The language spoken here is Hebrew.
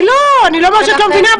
אני לא אומרת שאני לא מבינה,